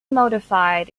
modified